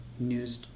news